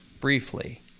briefly